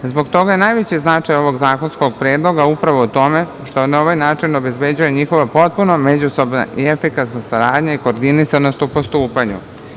Zbog toga je najveći značaj ovog zakonskog predloga upravo u tome što na ovaj način obezbeđuje njihovu potpunu međusobnu efikasnu saradnju i koordinisanost u postupanju.